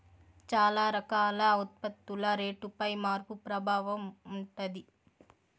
చాలా రకాల ఉత్పత్తుల రేటుపై మార్పు ప్రభావం ఉంటది